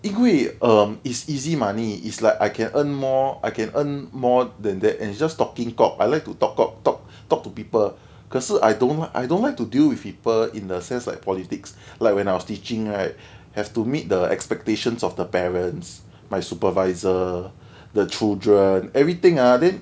因为 um it's easy money it's like I can earn more I can earn more than that and it's just talking cock I like to talk cock talk talk to people 可是 I don't I don't like to deal with people in the sense like politics like when I was teaching right have to meet the expectations of the parents my supervisor the children everything ah then